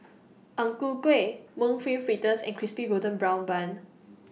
Ang Ku Kueh Mung Bean Fritters and Crispy Golden Brown Bun